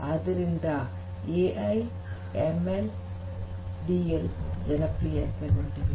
ಆದ್ದರಿಂದ AI ML DL ಜನಪ್ರಿಯತೆಗೊಂಡಿವೆ